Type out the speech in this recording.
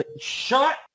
shut